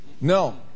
No